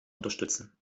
unterstützen